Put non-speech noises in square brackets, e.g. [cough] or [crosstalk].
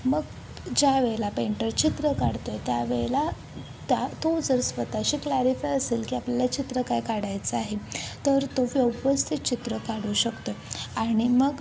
मग ज्या वेळेला पेंटर चित्र काढतो आहे त्यावेळेला त्या तो जर स्वतःशी क्लॅरिफाय असेल की आपल्याला चित्र काय काढायचं आहे तर तो [unintelligible] ते चित्र काढू शकतो आहे आणि मग